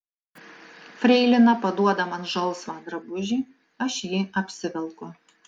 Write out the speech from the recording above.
freilina paduoda man žalsvą drabužį aš jį apsivelku